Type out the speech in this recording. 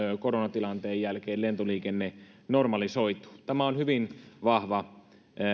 koronatilanteen jälkeen lentoliikenne normalisoituu tämä on hyvin vahva